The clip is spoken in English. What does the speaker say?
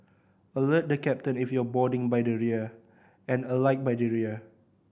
alert the captain if you're boarding by the rear and alight by the rear